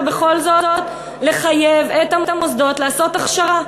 בכל זאת לחייב את המוסדות לעשות הכשרה.